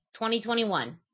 2021